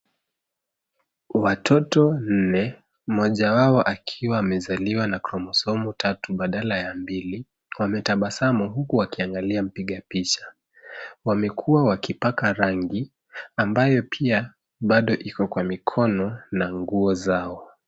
Watoto wanne, mmoja wao akiwa amezaliwa na kromosomu tatu badala ya mbili, wametabasamu huku wakiangalia mpiga picha. Wamekuwa wakipaka rangi ambayo pia iko kwa mikono na nguo zao.